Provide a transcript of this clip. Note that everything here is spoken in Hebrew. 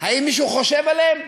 האם מישהו חושב עליהם?